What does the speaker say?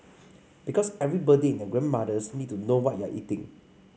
because everybody and their grandmothers need to know what you're eating